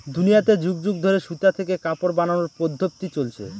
দুনিয়াতে যুগ যুগ ধরে সুতা থেকে কাপড় বানানোর পদ্ধপ্তি চলছে